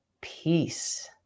peace